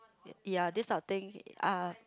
ya this type of thing uh